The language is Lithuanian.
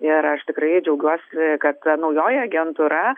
ir aš tikrai džiaugiuosi kad ta naujoji agentūra